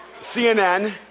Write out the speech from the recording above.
CNN